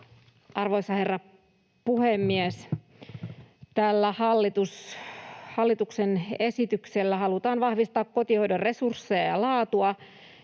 Arvoisa herra puhemies! Tällä hallituksen esityksellä halutaan vahvistaa kotihoidon resursseja ja laatua,